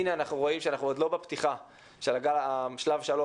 הנה אנחנו רואים שאנחנו עוד לא בפתיחה של שלב שלוש,